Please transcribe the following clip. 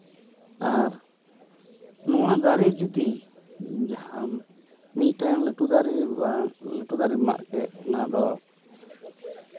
ᱟᱨ ᱱᱚᱣᱟ ᱫᱟᱨᱮ ᱡᱩᱫᱤ ᱡᱟᱦᱟᱸ ᱢᱤᱫᱴᱟᱱ ᱴᱟᱹᱴᱩ ᱫᱟᱨᱮ ᱵᱟᱝ ᱞᱟᱹᱴᱩ ᱫᱟᱨᱮᱢ ᱢᱟᱜ ᱠᱮᱜ ᱚᱱᱟᱫᱚ